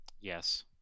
Yes